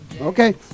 Okay